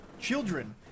children